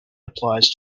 applies